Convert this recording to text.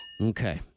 Okay